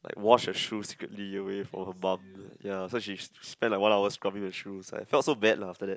like wash her shoes secretly away from her mum ya so she spent like one hour scrubbing the shoes I felt so bad lah after that